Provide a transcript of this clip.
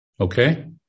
Okay